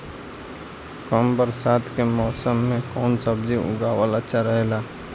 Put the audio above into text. कम बरसात के मौसम में कउन सब्जी उगावल अच्छा रहेला?